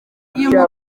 kugira